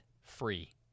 free